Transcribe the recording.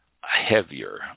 heavier